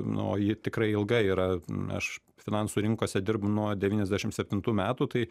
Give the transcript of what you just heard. nu o ji tikrai ilga yra n aš finansų rinkose dirbu nuo devyniasdešim septintų metų tai